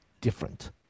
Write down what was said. different